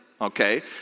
okay